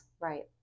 right